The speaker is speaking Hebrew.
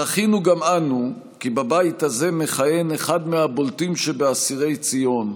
זכינו גם אנו כי בבית הזה מכהן אחד מהבולטים שבאסירי ציון,